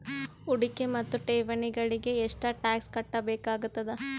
ಹೂಡಿಕೆ ಮತ್ತು ಠೇವಣಿಗಳಿಗ ಎಷ್ಟ ಟಾಕ್ಸ್ ಕಟ್ಟಬೇಕಾಗತದ?